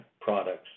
products